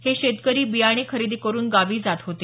हे शेतकरी बियाणे खरेदी करुन गावी जात होते